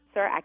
Sir